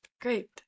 Great